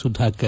Sudhakar